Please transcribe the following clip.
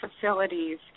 facilities